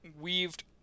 weaved